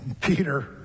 Peter